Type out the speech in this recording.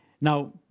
Now